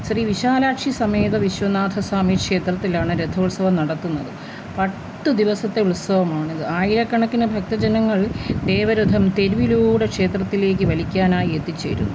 ശ്രീ വിശാലാക്ഷി സമ്മേദ വിശ്വനാഥ സ്വാമി ക്ഷേത്രത്തിലാണ് രഥോത്സവം നടത്തുന്നത് പത്തു ദിവസത്തെ ഉത്സവമാണിത് ആയിരക്കണക്കിന് ഭക്തജനങ്ങൾ ദേവരഥം തെരുവിലൂടെ ക്ഷേത്രത്തിലേക്ക് വലിക്കാനായി എത്തിച്ചേരുന്നു